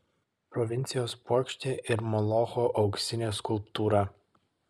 provincijos puokštė ir molocho auksinė skulptūra